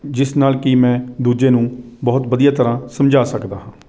ਜਿਸ ਨਾਲ ਕਿ ਮੈਂ ਦੂਜੇ ਨੂੰ ਬਹੁਤ ਵਧੀਆ ਤਰ੍ਹਾਂ ਸਮਝਾ ਸਕਦਾ ਹਾਂ